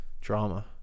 drama